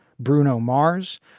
bruno mars.